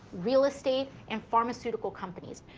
real estate, and pharmaceutical companies.